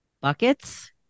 buckets